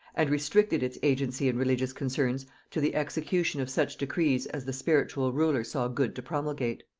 and restricted its agency in religious concerns to the execution of such decrees as the spiritual ruler saw good to promulgate.